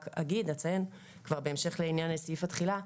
רק אציין בהמשך לעניין סעיף התחילה,